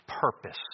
purpose